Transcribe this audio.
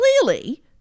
clearly